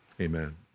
Amen